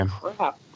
crap